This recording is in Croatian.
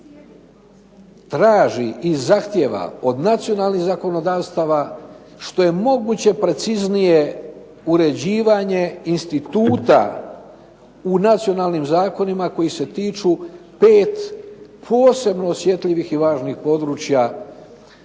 traži i zahtijeva od nacionalnih zakonodavstava što je moguće preciznije uređivanje instituta u nacionalnim zakonima koji se tiču pet posebno osjetljivih i važnih područja